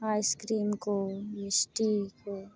ice cream ᱠᱚ ᱢᱤᱥᱴᱤ ᱠᱚ